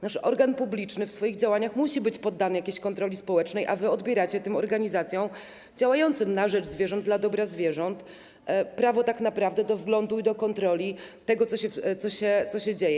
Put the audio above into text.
Nasz organ publiczny w swoich działaniach musi być poddany jakiejś kontroli społecznej, a wy odbieracie tym organizacjom działającym na rzecz zwierząt, dla dobra zwierząt prawo tak naprawdę do wglądu i do kontroli tego, co się dzieje.